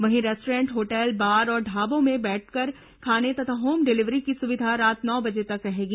वहीं restaurant hotel bar और ढाबों में बैठकर खाने तथा होम डिलीवरी की सुविधा रात नौ बजे तक रहेगी